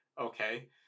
okay